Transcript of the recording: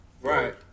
Right